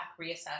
reassess